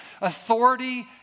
authority